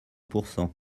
pourcent